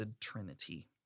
trinity